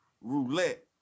roulette